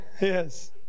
Yes